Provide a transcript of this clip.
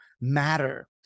matter